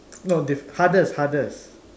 no diff~ hardest hardest